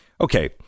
Okay